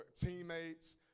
teammates